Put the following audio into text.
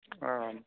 आम्